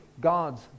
God's